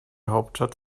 hauptstadt